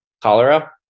Cholera